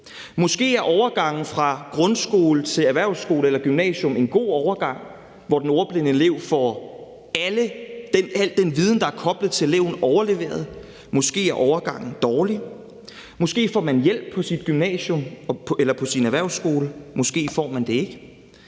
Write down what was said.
Måske er overgangen fra grundskole til erhvervsskole eller gymnasium en god overgang, hvor den ordblinde elev får al den viden, der er koblet til eleven, overleveret. Måske er overgangen dårlig. Måske får man hjælp på sit gymnasium eller på sin erhvervsskole, måske får man det ikke.